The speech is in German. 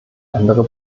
andere